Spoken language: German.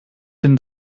den